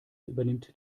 übernimmt